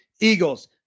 Eagles